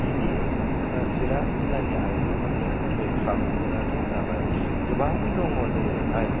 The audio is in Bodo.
बिनि चिरां जिल्लानि आइजोफोरनि गुबै खाबुफोरानो जाबाय गोबां दङ जेरैहाय